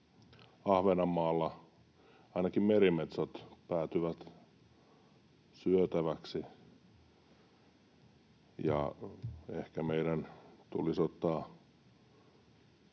Ahvenanmaalla, ainakin merimetsot, päätyvät syötäväksi. Ehkä meidän tulisi ottaa